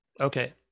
Okay